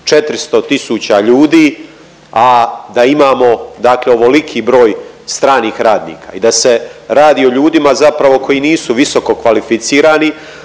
400 tisuća ljudi, a da imamo dakle ovoliki broj stranih radnika. I da se radi o ljudima zapravo koji nisu visoko kvalificirani,